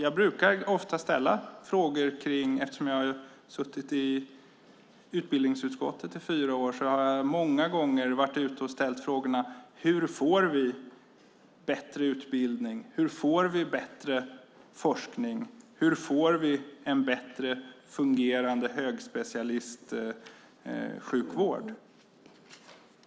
Fru talman! Eftersom jag har suttit i utbildningsutskottet i fyra år har jag många gånger ställt frågorna: Hur får vi bättre utbildning? Hur får vi bättre forskning? Hur får vi en bättre fungerande högspecialistsjukvård?